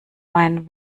meinen